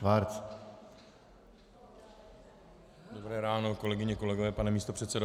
Dobré ráno, kolegyně, kolegové, pane místopředsedo.